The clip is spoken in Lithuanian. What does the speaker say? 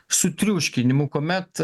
sutriuškinimu kuomet